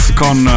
con